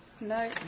No